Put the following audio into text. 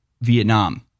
Vietnam